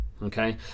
okay